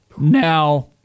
now